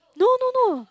no no no